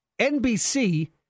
NBC